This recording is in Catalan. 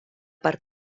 per